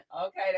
Okay